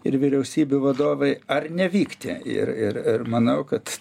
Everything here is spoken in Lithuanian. ir vyriausybių vadovai ar nevykti ir ir ir manau kad